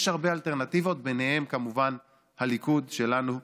יש הרבה אלטרנטיבות, ביניהן כמובן הליכוד שלנו,